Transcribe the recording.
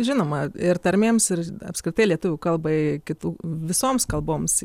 žinoma ir tarmėms ir apskritai lietuvių kalbai kitų visoms kalboms